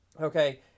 okay